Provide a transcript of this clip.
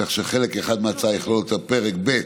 כך שחלק אחד מההצעה יכלול את פרק ב',